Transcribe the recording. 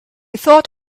thought